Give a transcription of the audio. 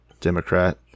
Democrat